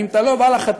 אם אתה לא בא לחתונה,